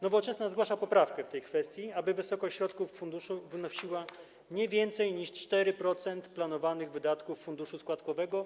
Nowoczesna zgłasza poprawkę w tej kwestii zmierzającą do tego, aby wysokość środków funduszu wynosiła nie więcej niż 4% planowanych wydatków funduszu składkowego.